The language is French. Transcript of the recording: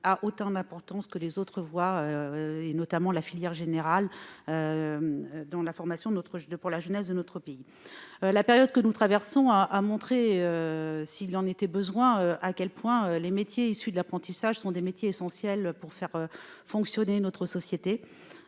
a autant d'importance que d'autres voies, telles que la filière générale, dans la formation de la jeunesse de notre pays. La période que nous traversons a montré, s'il en était besoin, à quel point les métiers issus de l'apprentissage sont essentiels pour faire fonctionner notre société.